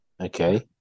okay